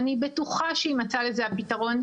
אני בטוחה שיימצא לזה הפתרון.